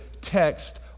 text